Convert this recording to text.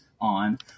on